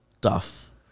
Duff